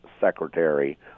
Secretary